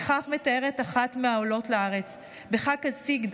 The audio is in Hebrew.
וכך מתארת אחת מהעולות לארץ: "בחג הסיגד